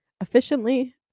efficiently